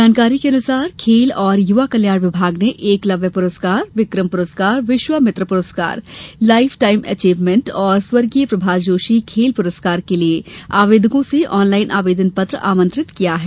जानकारी के अनुसार खेल और युवा कल्याण विभाग ने एकलव्य पुरस्कार विक्रम पुरस्कार विश्वामित्र पुरस्कार लाइफ टाईम एचीव्हमेंट और स्व प्रभाष जोशी खेल पुरस्कार के लिए आवेदकों से आनलाइन आवेदन पत्र आमंत्रित किया है